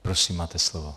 Prosím, máte slovo.